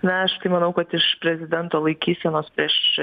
na aš tai manau kad iš prezidento laikysenos iš